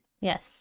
Yes